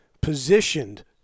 positioned